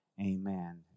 Amen